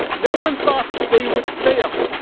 no one thought that they would fail,